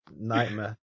Nightmare